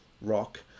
rock